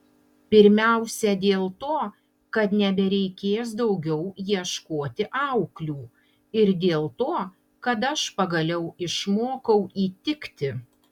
pirmiausia dėl to kad nebereikės daugiau ieškoti auklių ir dėl to kad aš pagaliau išmokau įtikti